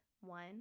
one